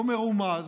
לא מרומז,